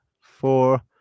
four